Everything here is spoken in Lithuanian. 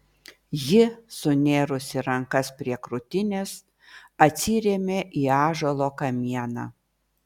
ji sunėrusi rankas prie krūtinės atsirėmė į ąžuolo kamieną